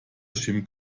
jim